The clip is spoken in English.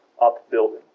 upbuilding